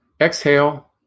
Exhale